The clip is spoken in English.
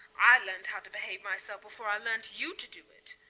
i learnt how to behave myself before i learnt you to do it.